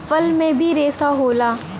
फल में भी रेसा होला